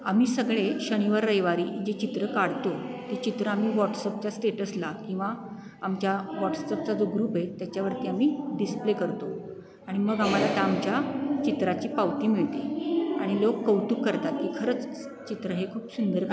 आम्ही सगळे शनिवार रविवारी जे चित्र काढतो ते चित्र आम्ही व्हॉट्सअपच्या स्टेटसला किंवा आमच्या व्हॉट्सअपचा जो ग्रुप आहे त्याच्यावरती आम्ही डिस्प्ले करतो आणि मग आम्हाला त्या आमच्या चित्राची पावती मिळते आणि लोक कौतुक करतात की खरंच चित्र हे खूप सुंदर काढलं